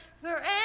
forever